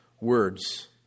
words